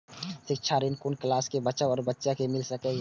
शिक्षा ऋण कुन क्लास कै बचवा या बचिया कै मिल सके यै?